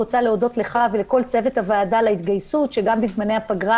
אני רוצה להודות לך ולכל צוות הוועדה שלמרות הפגרה